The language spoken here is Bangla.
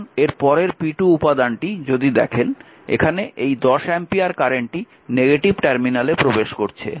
এখন এর পরের p2 উপাদানটি যদি দেখেন এখানে এই 10 অ্যাম্পিয়ার কারেন্টটি নেগেটিভ টার্মিনালে প্রবেশ করছে